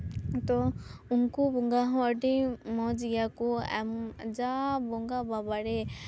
ᱛᱚ ᱩᱱᱠᱩ ᱵᱚᱸᱜᱟ ᱦᱚᱸ ᱟᱹᱰᱤ ᱢᱚᱡᱽ ᱜᱮᱭᱟᱠᱚ ᱮᱢᱚᱱ ᱡᱟ ᱵᱚᱸᱜᱟ ᱵᱟᱵᱟᱨᱮ